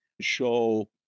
show